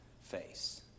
face